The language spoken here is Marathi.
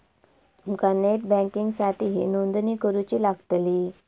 तुमका नेट बँकिंगसाठीही नोंदणी करुची लागतली